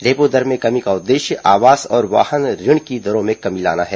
repo दर में कमी का उद्देश्य आवास और वाहन ऋण की दरों में कमी लाना है